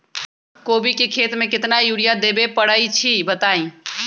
कोबी के खेती मे केतना यूरिया देबे परईछी बताई?